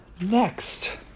Next